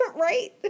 Right